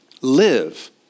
live